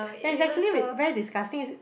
yea it's actually v~ very disgusting is